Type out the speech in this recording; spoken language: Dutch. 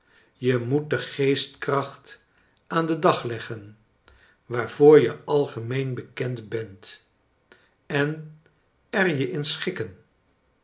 je moot de geestkracht aa n den dag leggen waarvoor je algemeen bekend bent en er je in schikken